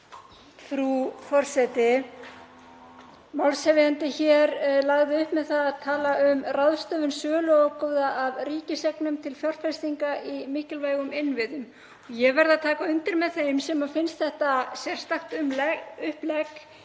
Frú forseti. Málshefjandi lagði upp með það að tala um ráðstöfun söluágóða af ríkiseignum til fjárfestinga í mikilvægum innviðum. Ég verð að taka undir með þeim sem finnst þetta vera sérstakt upplegg í umræðu